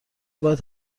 باید